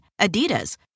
Adidas